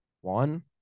One